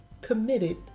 committed